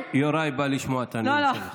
יוראי בא לשמוע את הנאום שלך.